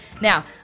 Now